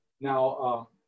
Now